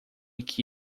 que